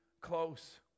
close